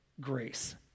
grace